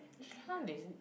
actually how they